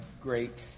great